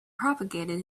propagated